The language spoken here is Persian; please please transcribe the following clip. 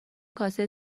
کاسه